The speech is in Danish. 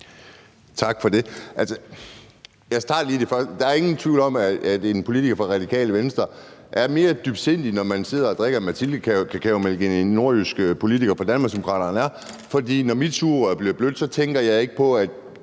Tak for det. Der er ingen tvivl om, at en politiker fra Radikale Venstre er mere dybsindig, når man sidder og drikker en Mathilde-cacaomælk, end en nordjysk politiker fra Danmarksdemokraterne er. For når mit sugerør bliver blødt, tænker jeg ikke, at